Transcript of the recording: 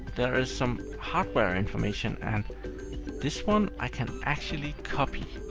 there is some hardware information, and this one, i can actually copy.